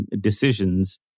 decisions